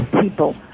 people